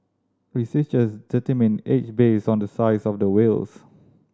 researchers determine age based on the size of the whales